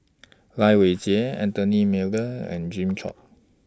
Lai Weijie Anthony Miller and Jimmy Chok